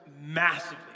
massively